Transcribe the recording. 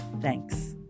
Thanks